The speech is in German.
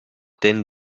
den